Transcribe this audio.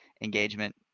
engagement